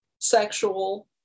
sexual